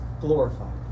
glorified